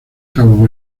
cabo